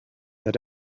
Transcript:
that